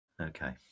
Okay